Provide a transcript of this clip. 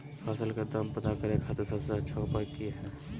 फसल के दाम पता करे खातिर सबसे अच्छा उपाय की हय?